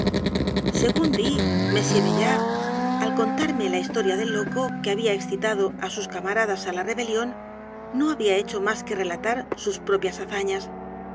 según vi m maillard al contarme la historia del loco que había excitado á sus camaradas á la r e b e lión no había hecho más que relatar sus propias hazañas